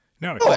no